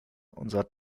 unserer